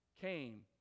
came